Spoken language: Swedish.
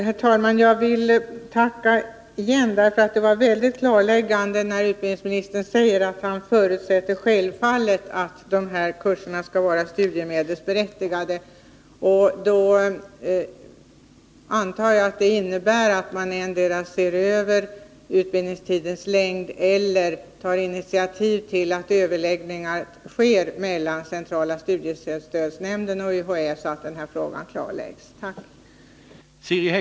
Herr talman! Jag vill tacka igen. Det var väldigt klarläggande när utbildningsministern sade att han självfallet förutsätter att dessa kurser skall vara studiemedelsberättigade. Jag antar att det innebär att man endera ser över utbildningstidens längd eller tar initiativ till överläggningar mellan centrala studiestödsnämnden och UHÄ, så att denna fråga klarläggs. Tack!